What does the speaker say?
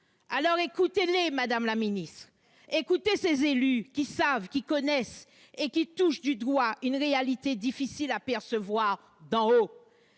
Aussi, écoutez-les, madame la secrétaire d'État ! Écoutez ces élus qui savent, qui connaissent et qui touchent du doigt une réalité difficile à percevoir d'en haut